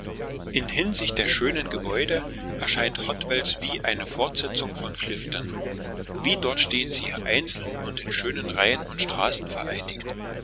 in hinsicht der schönen gebäude erscheint hotwells wie eine fortsetzung von clifton wie dort stehen sie hier einzeln und in schönen reihen und straßen vereinigt